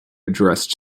addressed